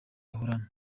bahorana